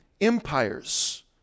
empires